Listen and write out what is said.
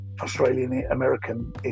Australian-American